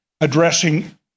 addressing